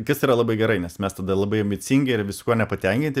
kas yra labai gerai nes mes tada labai ambicingi ir viskuo nepatenkinti